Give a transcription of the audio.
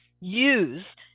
use